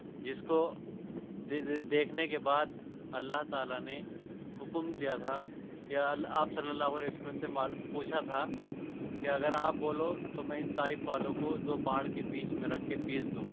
جس کو دیکھنے کے بعد اللہ تعالی نے حکم دیا تھا کہ آپ صلی اللہ علیہ وسلم سے مال پوچھا تھا کہ اگر آپ بولو تو میں ان طائف والوں کو دو پہاڑ کے بیچ میں رکھ کے پیس دوں